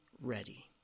ready